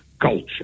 culture